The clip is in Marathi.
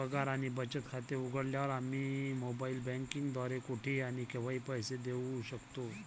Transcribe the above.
पगार आणि बचत खाते उघडल्यावर, आम्ही मोबाइल बँकिंग द्वारे कुठेही आणि केव्हाही पैसे देऊ शकतो